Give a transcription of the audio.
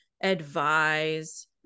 advise